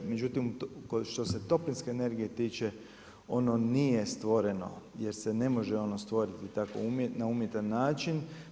Međutim, što se toplinske energije tiče ono nije stvoreno jer se ne može ono stvoriti na tako umjetan način.